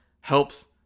helps